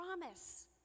promise